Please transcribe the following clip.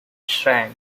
shrank